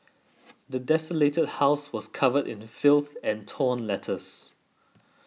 the desolated house was covered in filth and torn letters